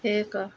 ଏକ